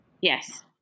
Yes